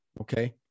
Okay